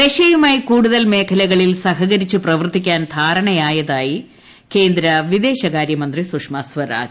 റഷ്യയുമായി കൂടുതൽ മേഖലകളിൽ സഹകരിച്ചു പ്രവർത്തിക്കാൻ ധാരണയായതായി കേന്ദ്രവിദേശകാരൃമന്ത്രി സുഷമ സ്വരാജ്